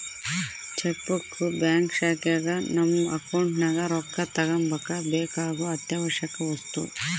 check book bank ಶಾಖೆಗ ನಮ್ಮ account ನಗ ರೊಕ್ಕ ತಗಂಬಕ ಬೇಕಾಗೊ ಅತ್ಯಾವಶ್ಯವಕ ವಸ್ತು